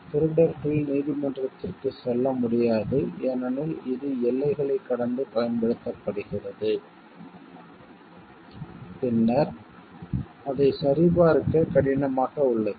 திருடர்கள் நீதிமன்றத்திற்கு செல்ல முடியாது ஏனெனில் இது எல்லைகளை கடந்து பயன்படுத்தப்படுகிறது பின்னர் அதை சரிபார்க்க கடினமாக உள்ளது